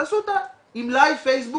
תעשו אותה עם לייב פייסבוק,